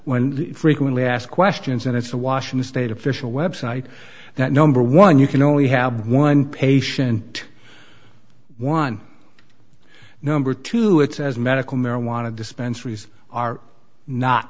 when frequently asked questions and it's the washington state official website that number one you can only have one patient one number two it says medical marijuana dispensaries are not